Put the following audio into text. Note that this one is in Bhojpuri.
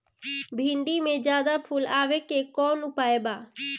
भिन्डी में ज्यादा फुल आवे के कौन उपाय बा?